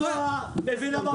המסוע מביא לממגורה.